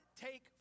take